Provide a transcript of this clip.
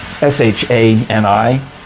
S-H-A-N-I